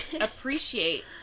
appreciate